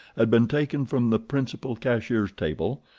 had been taken from the principal cashier's table,